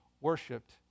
worshipped